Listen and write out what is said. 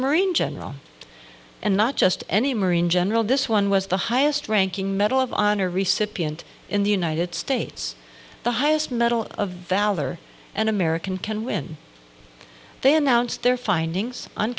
marine general and not just any marine general this one was the highest ranking medal of honor recipient in the united states the highest medal of valor an american ken when they announced their findings on